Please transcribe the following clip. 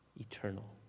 eternal